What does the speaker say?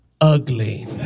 ugly